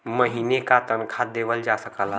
महीने का तनखा देवल जा सकला